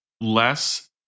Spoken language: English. less